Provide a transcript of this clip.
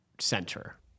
center